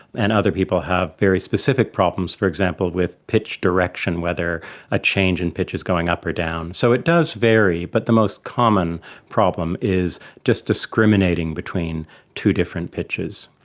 and other people have very specific problems, for example with pitch direction, whether a change in pitch is going up or down. so it does vary. but the most common problem is just discriminating between two different pitches.